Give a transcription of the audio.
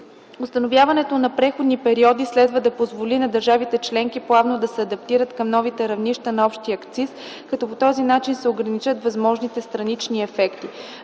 Установяването на преходни периоди следва да позволи на държавите членки плавно да се адаптират към новите равнища на общия акциз, като по този начин се ограничат възможните странични ефекти.